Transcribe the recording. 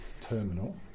terminal